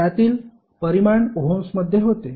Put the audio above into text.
त्यातील परिमाण ओहम्समध्ये होते